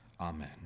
Amen